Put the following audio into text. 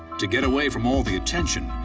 to get away from all the attention,